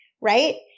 Right